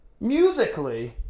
musically